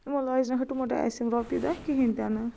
یِمو لاجہِ نہ ہٕٹہ مٕٹۍ اسہِ یِم روپیہِ دہ کِہینہ تہِ نہ